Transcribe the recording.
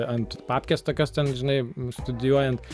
ant papkes tokios ten žinai studijuojant